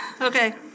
Okay